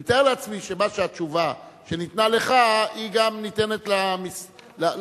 אני מתאר לעצמי שהתשובה שניתנה לך ניתנת גם לרשות.